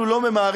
אנחנו לא ממהרים,